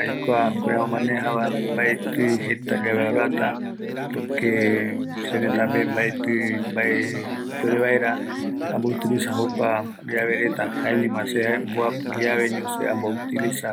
aikua, jukurai amomanejava, mbaeti jeta llave aruata, porque sëretape mbaeti mbae ipuere vaera, amboutiliza jokua llave reta, jaeñoma se jae mboapi llavesño se amboutiliza